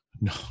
No